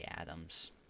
Adams